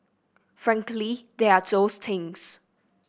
frankly there are those things